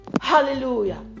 Hallelujah